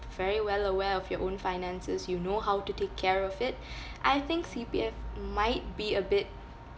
very well aware of your own finances you know how to take care of it I think C_P_F might be a bit